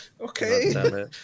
Okay